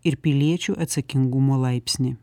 ir piliečių atsakingumo laipsnį